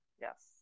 yes